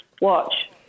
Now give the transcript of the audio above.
watch